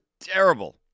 terrible